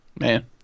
man